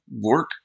work